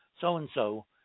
so-and-so